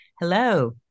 Hello